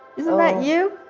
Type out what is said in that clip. isn't that you?